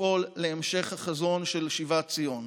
לפעול להמשך החזון של שיבת ציון.